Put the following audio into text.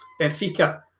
Benfica